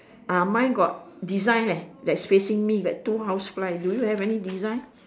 ah mine got design leh facing me like two house fly do you have any design